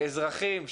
אזרחים,